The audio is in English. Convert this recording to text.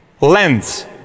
Lens